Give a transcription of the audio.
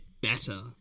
better